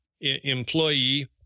employee